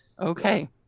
Okay